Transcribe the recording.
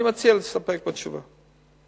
אני מציע להסתפק בתשובה.